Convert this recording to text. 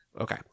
Okay